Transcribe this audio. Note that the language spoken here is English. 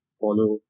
follow